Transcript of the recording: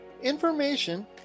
information